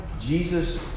Jesus